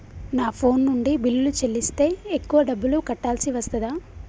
నా ఫోన్ నుండి బిల్లులు చెల్లిస్తే ఎక్కువ డబ్బులు కట్టాల్సి వస్తదా?